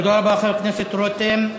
תודה רבה, חבר הכנסת רותם.